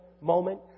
moment